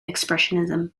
expressionism